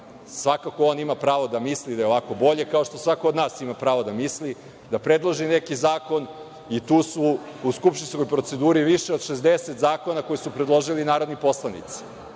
Svakako, on ima pravo da misli da je ovako bolje, kao što svako od nas ima pravo da misli, da predloži neki zakon i tu su u skupštinskoj proceduri više od 60 zakona koje su predložili narodni poslanici.